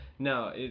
No